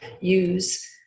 use